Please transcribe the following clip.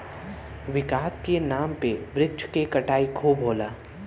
विकास के नाम पे वृक्ष के कटाई खूब होला